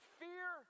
fear